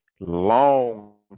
long